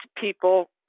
people